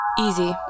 Easy